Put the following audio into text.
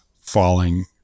falling